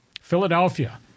Philadelphia